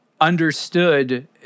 understood